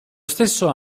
stesso